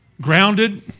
grounded